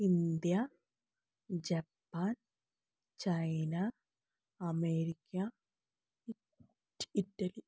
India Japan China America Italy